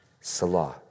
Salah